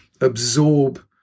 absorb